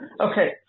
Okay